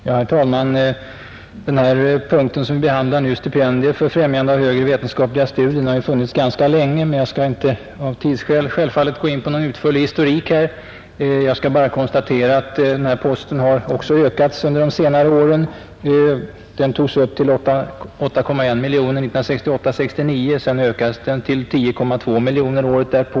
Herr talman! Stipendier för främjande av högre vetenskapliga studier — den punkt som vi nu behandlar — har funnits ganska länge, men av tidsskäl skall jag självfallet inte gå in på någon utförligare historik. Jag vill bara konstatera att den här posten också har ökats under de senare åren. Den togs upp till 8,1 miljoner 1968/69 och ökades till 10,2 miljoner året därpå.